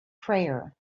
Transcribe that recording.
prayer